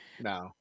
No